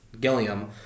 Gilliam